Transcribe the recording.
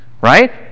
right